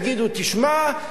יגידו: תשמע,